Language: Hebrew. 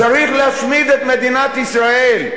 צריך להשמיד את מדינת ישראל,